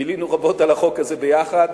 בילינו רבות על החוק הזה יחד,